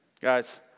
Guys